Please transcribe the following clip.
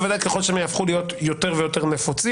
בוודאי ובוודאי ככל שהם יהפכו להיות יותר ויותר נפוצים.